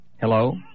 Hello